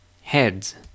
Heads